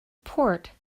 port